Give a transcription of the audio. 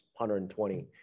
120